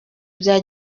bya